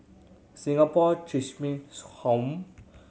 Singapore Home